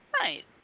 Right